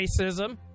Racism